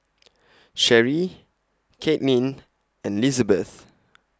Cherrie Kaitlynn and Lizabeth